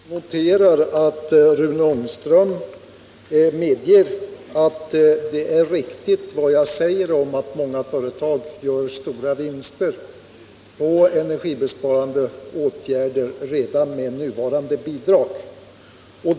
Herr talman! Jag noterar att Rune Ångström medger att det är riktigt när jag säger att många företag gör stora vinster på energibesparande åtgärder redan med nuvarande bidrag.